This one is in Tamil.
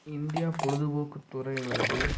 இந்தியா பொழுதுபோக்கு துறை வந்து